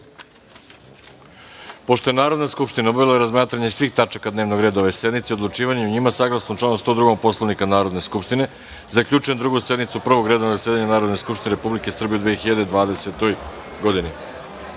je Narodna skupština obavila razmatranje svih tačaka dnevnog reda ove sednice i odlučivanje o njima, saglasno članu 102. Poslovnika Narodne skupštine, zaključujem Drugu sednicu Prvog redovnog zasedanja Narodne skupštine Republike Srbije u 2020. godini.